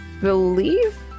believe